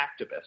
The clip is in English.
activist